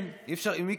מיקי,